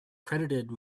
credited